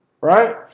right